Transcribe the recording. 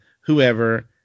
whoever